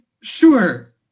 sure